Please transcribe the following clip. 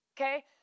Okay